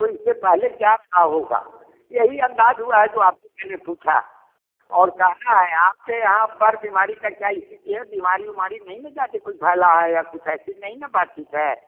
तो इस से पहले क्या रहा होगा यही अंदाज़ हुआ है जो आपसे मैंने पूछा और कहना है आपके यहाँ पर बीमारी का क्या इसीलिए बीमारी विमारी नहीं लग जाती है कुछ फैला है या कुछ ऐसी नहीं न बातचीत है